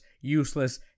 useless